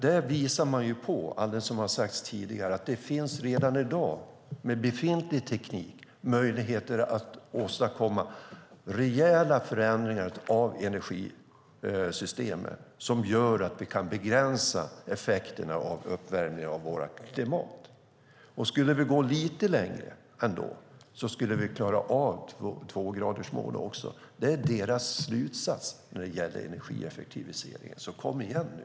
Där visar man, som har sagts tidigare, att det redan i dag med befintlig teknik finns möjligheter att åstadkomma rejäla förändringar av energisystemet som gör att vi kan begränsa effekterna av uppvärmningen av vårt klimat. Om vi skulle gå ännu lite längre skulle vi klara av tvågradersmålet. Det är IEA:s slutsats när det gäller energieffektiviseringen. Så kom igen nu!